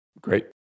Great